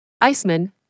Iceman